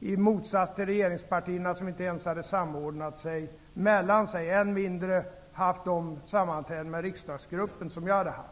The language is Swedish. i motsats till regeringspartierna som inte ens hade gjort en samordning mellan sig, än mindre haft de sammanträden med riksdagsgruppen som vi hade haft.